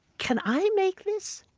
can i make this?